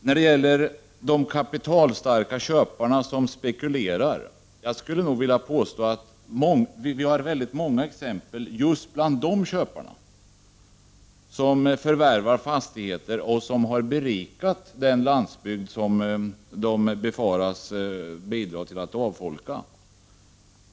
När det gäller de kapitalstarka köparna som spekulerar skulle jag nog vilja påstå att det finns många exempel på att just de köparna har berikat den landsbygd som de befaras bidra till att avfolka.